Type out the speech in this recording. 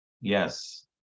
Yes